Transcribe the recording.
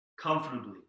comfortably